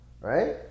right